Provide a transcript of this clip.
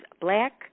Black